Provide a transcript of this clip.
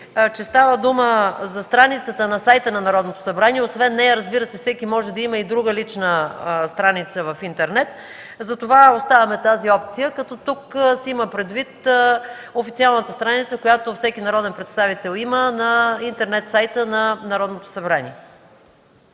че става дума за страницата на сайта на Народното събрание. Освен нея всеки може да има и друга лична страница в интернет. Затова оставяме тази опция, като тук се има предвид официалната страница, която всеки народен представител има на интернет сайта на Народното събрание.